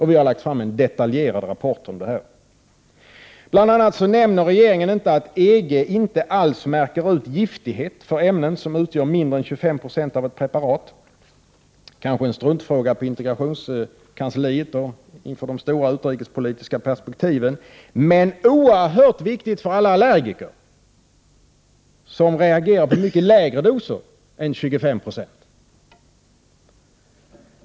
Vi har lagt fram en detaljerad rapport om det här. Bl.a. nämner regeringen inte att EG inte alls märker ut giftighet för ämnen som utgör mindre än 25 26 av ett preparat. Det är kanske en struntfråga på integrationskansliet och i de stora utrikespolitiska perspektiven, men den är oerhört viktig för alla allergiker som reagerar på mycket lägre doser än 25 90.